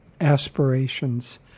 aspirations